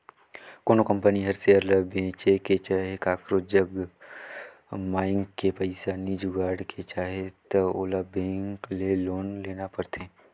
कोनो कंपनी हर सेयर ल बेंच के चहे काकरो जग मांएग के पइसा नी जुगाड़ के चाहे त ओला बेंक ले लोन लेना परथें